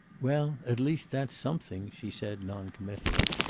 well, at least that's something, she said, noncommittally.